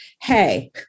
Hey